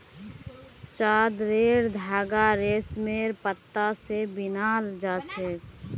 चादरेर धागा रेशमेर पत्ता स बनिल छेक